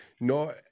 no